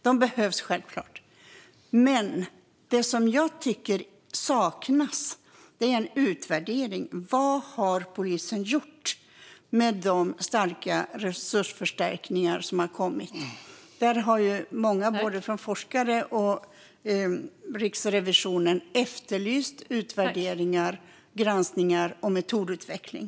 De behövs självklart. Men det som jag tycker saknas är en utvärdering av vad polisen har gjort med de resursförstärkningar som har kommit. Både forskare och Riksrevisionen har ju efterlyst utvärderingar, granskningar och metodutveckling.